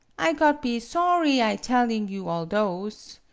i got be sawry i telling you all those.